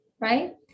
right